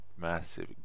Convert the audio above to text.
massive